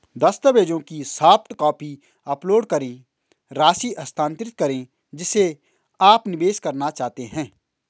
दस्तावेजों की soft copy upload करें, राशि स्थानांतरित करें जिसे आप निवेश करना चाहते हैं